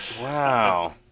Wow